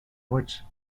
which